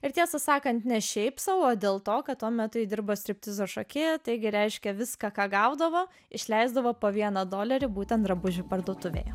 ir tiesą sakant ne šiaip sau o dėl to kad tuo metu dirbo striptizo šokėja taigi reiškė viską ką gaudavo išleisdavo po vieną dolerį būtent drabužių parduotuvėje